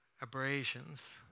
abrasions